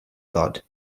god